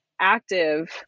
active